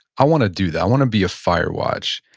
i want to do that. i want to be a firewatch.